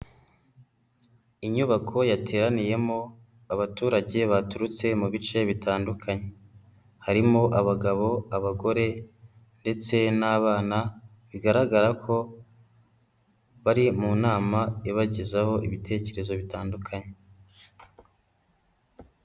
Inyubako yateraniyemo abaturage baturutse mu bice bitandukanye. Harimo abagabo, abagore ndetse n'abana, bigaragara ko bari mu nama ibagezaho ibitekerezo bitandukanye.